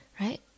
right